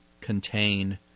contain